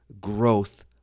growth